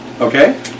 Okay